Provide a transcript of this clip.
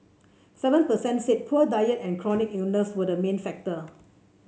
seven percent said poor diet and chronic illness were the main factors